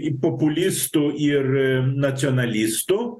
i populistų ir nacionalistų